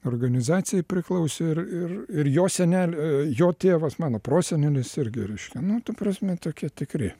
organizacijai priklausė ir ir ir jo senelė jo tėvas mano prosenelis irgi reiškia nu ta prasme tokie tikri